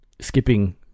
skipping